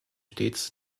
stets